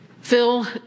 Phil